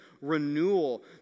Renewal